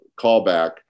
callback